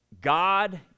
God